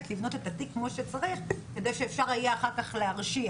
לבנות את התיק כמו שצריך כדי שאפשר יהיה אחר כך להרשיע.